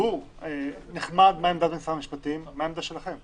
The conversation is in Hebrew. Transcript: גור, זה נחמד עמדת משרד המשפטים, מה העמדה שלכם?